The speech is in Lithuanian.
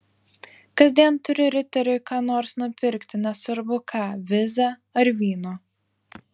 kasdien turiu riteriui ką nors nupirkti nesvarbu ką vizą ar vyno